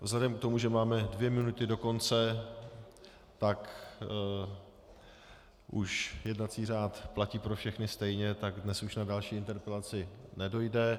Vzhledem k tomu, že máme dvě minuty do konce, tak už jednací řád platí pro všechny stejně, tak dnes už na další interpelaci nedojde.